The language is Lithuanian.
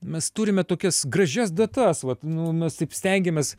mes turime tokias gražias datas vat nu mes taip stengiamės